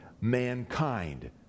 mankind